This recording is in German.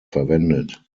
verwendet